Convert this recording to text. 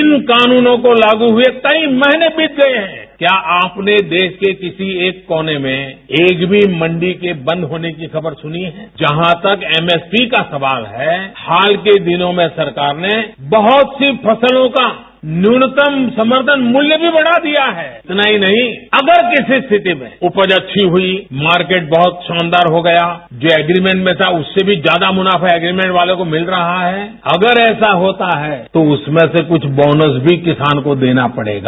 इन कानूनों को लागू हुए कई महीने बीत गये हैं क्या आपने देश के किसी एक कोने में एक भी मंडी के बंद होने की खबर सुनी है जहां तक एमएसपी का सवाल है हाल के दिनों में सरकार ने बहुत सी फसलों का न्यूनतम समर्थन मूल्य भी बढ़ा दिया है नहीं नहीं अगर किसी स्थिति में उपज अच्छी हुई मार्केट बहुत शानदार हो गया जो एग्रिमेंट में था उससे भी ज्यादा मुनाफा एग्रिमेंट वालों को मिल रहा है अगर ऐसा होता है तो उसमें से कुछ बोनस भी किसान को देना पड़ेगा